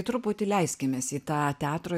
truputį leiskimės į tą teatro